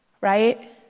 right